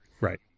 Right